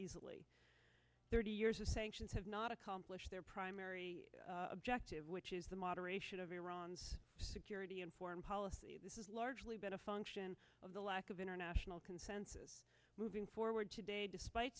easily thirty years of sanctions have not accomplished their primary objective which is the moderation of iran's security and foreign policy this is largely been a function of the lack of international consensus moving forward today despite